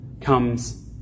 comes